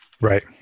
right